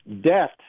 debt